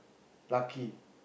lucky